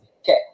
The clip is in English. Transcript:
okay